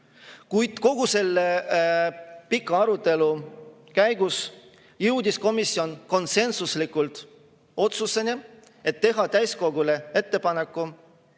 Kuid kogu selle pika arutelu käigus jõudis komisjon konsensuslikult otsuseni: teha täiskogule ettepanek